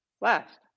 last